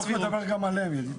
החוק מדבר גם עליהם.